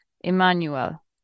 Emmanuel